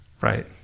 Right